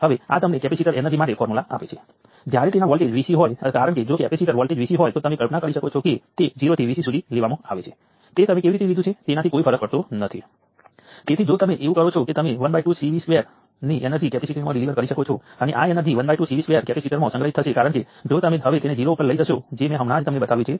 તેથી આ ટર્મિનલ્સ વચ્ચે 5 વોલ્ટનો વોલ્ટેજ દેખાય છે